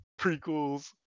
prequels